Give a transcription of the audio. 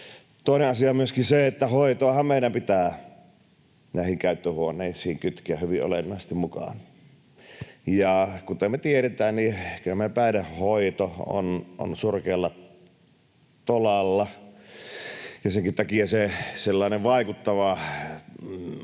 Toinen asia on myöskin se, että hoitoahan meidän pitää näihin käyttöhuoneisiin kytkeä hyvin olennaisesti mukaan. Kuten me tiedetään, kyllä meidän päihdehoito on surkealla tolalla, ja senkin takia sellainen vaikuttava